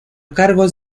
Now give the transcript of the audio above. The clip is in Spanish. cargos